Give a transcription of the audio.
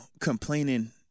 complaining